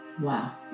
Wow